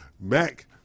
Mac